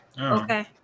Okay